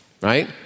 Right